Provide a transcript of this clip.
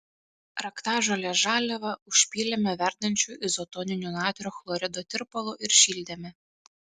raktažolės žaliavą užpylėme verdančiu izotoniniu natrio chlorido tirpalu ir šildėme